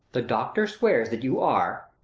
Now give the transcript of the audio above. the doctor swears that you are